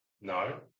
No